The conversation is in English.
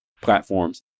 platforms